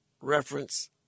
reference